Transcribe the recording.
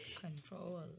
Control